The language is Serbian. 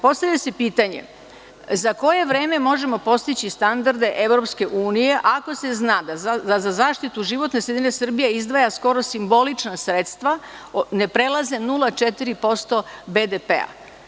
Postavlja se pitanje – za koje vreme možemo postići standarde EU ako se zna da za zaštitu životne sredine Srbija izdvaja skoro simbolična sredstva, ne prelaze 0,4% BDP?